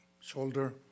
shoulder